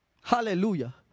Hallelujah